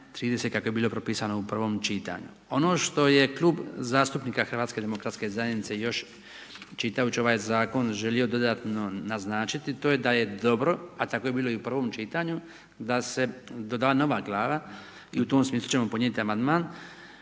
30 kako je bilo propisano u prvom čitanju. Ono što je Klub zastupnika HDZ-a još čitajući ovaj zakon želio dodatno naznačiti, to je da je dobro, a tako je bilo i u prvom čitanju, da se doda nova glava i u tom smislu ćemo podnijeti amandman